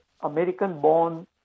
American-born